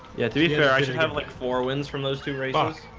yeah, either i should have like four wins from those two races